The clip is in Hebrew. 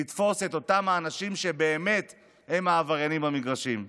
לתפוס את אותם אנשים שבאמת הם העבריינים במגרשים.